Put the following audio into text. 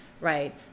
right